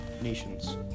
nations